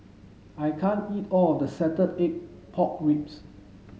I can't eat all of this salted egg pork ribs